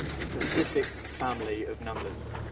a specific family of numbers.